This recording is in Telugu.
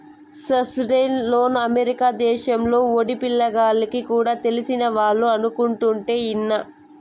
సబ్సిడైజ్డ్ లోన్లు అమెరికా దేశంలో బడిపిల్ల గాల్లకి కూడా తెలిసినవాళ్లు అనుకుంటుంటే ఇన్నా